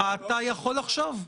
אתה יכול לחשוב.